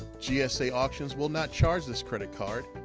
gsa auctions will not charge this credit card.